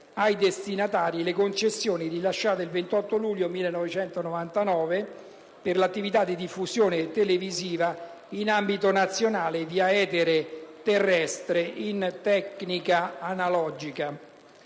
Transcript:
ai destinatari le concessioni rilasciate il 28 luglio 1999 per l'attività di diffusione televisiva in ambito nazionale, via etere terrestre in tecnica analogica.